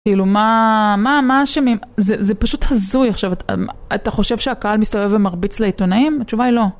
מה אשמים ? זה פשוט הזוי עכשיו, אתה חושב שהקהל מסתובב ומרביץ לעיתונאים? התשובה היא לא.